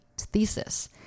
thesis